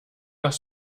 nach